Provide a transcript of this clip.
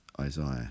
Isaiah